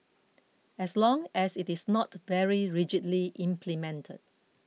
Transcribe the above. as long as it is not very rigidly implemented